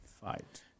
Fight